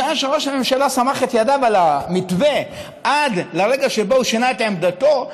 משעה שראש הממשלה סמך את ידיו על המתווה עד לרגע שבו הוא שינה את עמדתו,